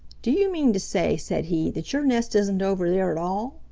do you mean to say, said he that your nest isn't over there at all?